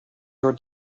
your